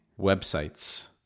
websites